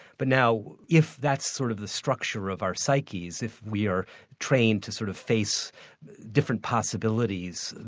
but now if that's sort of the structure of our psyches, if we are trained to sort of face different possibilities,